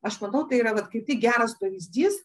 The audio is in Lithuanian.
aš manau tai yra vat kaip tik geras pavyzdys